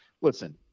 listen